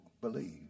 believe